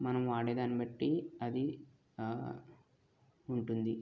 మనం వాడే దాన్ని బట్టి అది ఉంటుంది